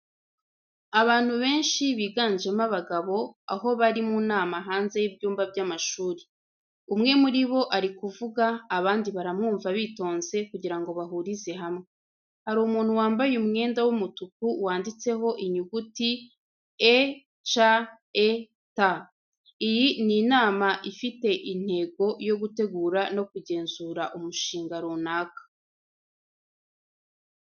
Abantu benshi biganjemo abagabo, aho bari mu nama hanze y'ibyumba by'amashuri. Umwe muri bo ari kuvuga abandi baramwumva bitonze kugira ngo bahurize hamwe. Hari umuntu wambaye umwenda w'umutuku wanditseho inyuguti ECET. Iyi ni inama ifite intego yo gutegura no kugenzura umushinga runaka.